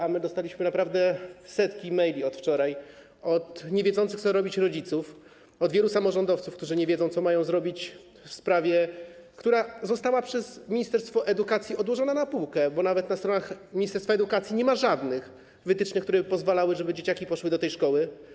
A my dostaliśmy od wczoraj naprawdę setki maili od niewiedzących, co robić, rodziców, od wielu samorządowców, którzy nie wiedzą, co mają zrobić w sprawie, która została przez ministerstwo edukacji odłożona na półkę, bo nawet na stronach ministerstwa edukacji nie ma żadnych wytycznych, które by pozwalały dzieciakom pójść do szkoły.